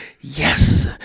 yes